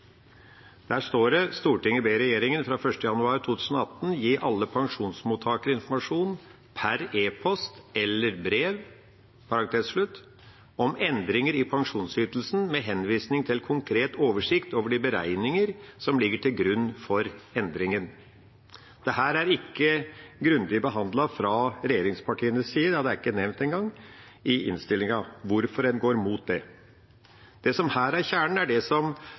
Der står det: «Stortinget ber regjeringen fra 1. januar 2018 gi alle pensjonsmottakere informasjon om endringer i pensjonsytelsen med henvisning til konkret oversikt over de beregninger som ligger til grunn for endringen.» Dette er ikke grundig behandlet fra regjeringspartienes side – det er ikke engang nevnt i innstillinga hvorfor en går imot det. Det som her er kjernen, er det som